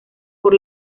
por